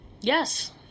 Yes